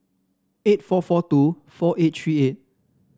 eight four four two four eight three eight